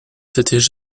s’étaient